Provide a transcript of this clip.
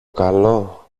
καλό